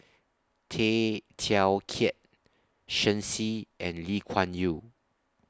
Tay Teow Kiat Shen Xi and Lee Kuan Yew